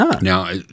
Now